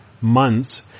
months